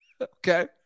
Okay